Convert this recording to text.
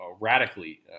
radically